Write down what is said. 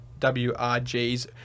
wrgs